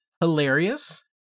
hilarious